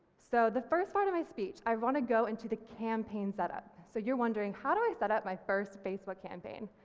so the first part of my speech, i want to go into the campaign setup, so you're wondering how do i set up my first facebook campaign,